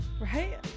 Right